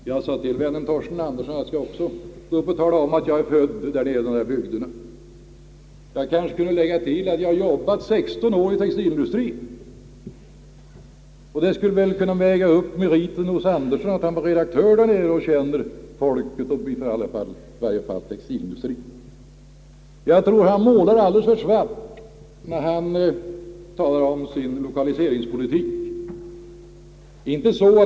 Jag sade till vännen Torsten Andersson att jag också skulle tala om att jag också är född där nere. Jag har varit textilarbetare i 16 år, och det borde väl kunna väga upp Torsten Anderssons merit att ha varit redaktör. Jag tror att Torsten Andersson målar för svart när han talar om lokaliseringspolitiken.